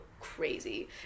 crazy